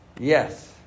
Yes